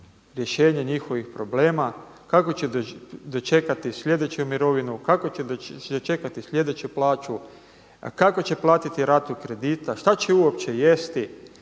rješenje njihovih problema kako će dočekati sljedeću mirovinu, kako će dočekati sljedeću plaću, kako će platiti ratu kredita, šta će uopće jesti.